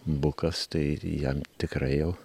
bukas tai jam tikrai jau